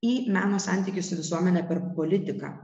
į meno santykį su visuomene per politiką